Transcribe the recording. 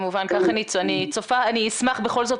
אני אשמח בכל זאת,